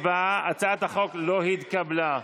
הצעת החוק לא התקבלה,